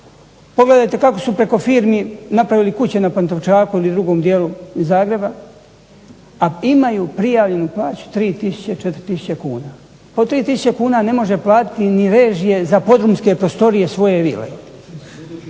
pogledajte kako su preko firmi napravili kuće na Pantovčaku ili drugom dijelu Zagreba, a imaju prijavljenu plaću 3 tisuće, 4 tisuće kuna. Pa od 3 tisuće kuna ne može platiti ni režije za podrumske prostorije svoje vile,